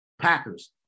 Packers